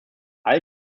all